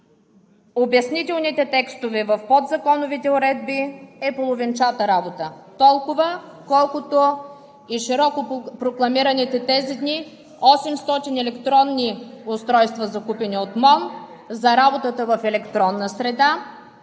Обяснителните текстове в подзаконовите уредби е половинчата работа – толкова, колкото и широко прокламираните през тези дни 800 електронни устройства, закупени от МОН, за работата в електронна среда